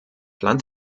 land